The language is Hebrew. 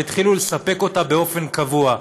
והתחילו לספק אותה באופן קבוע.